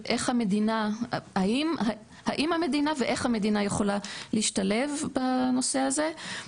והאם המדינה ואיך המדינה יכולה להשתלב בנושא הזה.